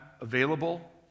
available